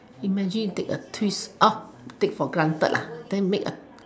imagine take a twist up take for granted lah then make a